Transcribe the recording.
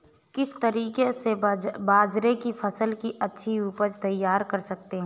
किस तरीके से बाजरे की फसल की अच्छी उपज तैयार कर सकते हैं?